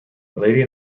lady